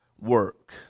work